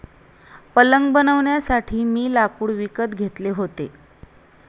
पलंग बनवण्यासाठी मी लाकूड विकत घेतले होते